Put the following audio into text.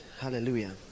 Hallelujah